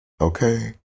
okay